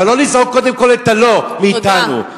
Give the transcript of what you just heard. אבל לא לזעוק קודם כול את ה"לא" מאתנו.